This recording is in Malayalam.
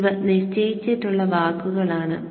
ഇവ നിശ്ചയിച്ചിട്ടുള്ള വാക്കുകൾ ആണ്